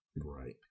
Right